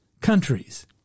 countries